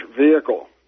vehicle